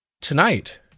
Tonight